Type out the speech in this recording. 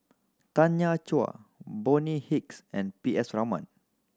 Tanya Chua Bonny Hicks and P S Raman